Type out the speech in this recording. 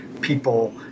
people